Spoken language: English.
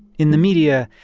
in the media,